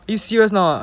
you serious not